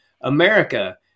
America